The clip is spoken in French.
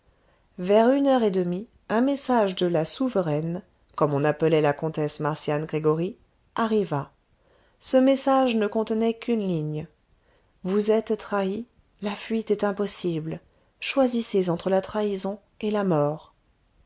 vers une heure et demie un message de la souveraine comme on appelait la comtesse marcian gregoryi arriva ce message ne contenait qu'une ligne vous êtes trahis la fuite est impossible choisissez entre la trahison et la mort